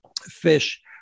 fish